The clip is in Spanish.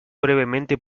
brevemente